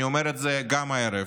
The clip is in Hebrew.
אני אומר את זה גם הערב: